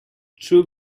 true